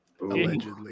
Allegedly